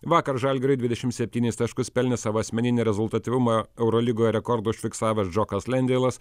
vakar žalgiriui dvidešim septynis taškus pelnė savo asmeninį rezultatyvumo eurolygoje rekordą užfiksavęs džokas lendeilas